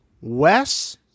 Wes